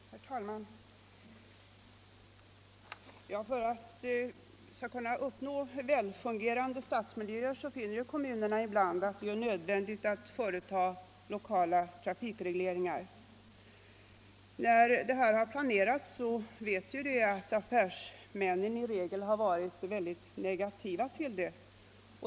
Herr talman! För att vi skall få väl fungerande stadsmiljöer finner kommunerna det ibland nödvändigt att företa lokala trafikregleringar. När sådana har planerats har affärsmännen i regel haft en mycket negativ inställning.